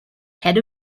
head